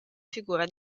figura